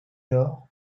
lors